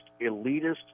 elitist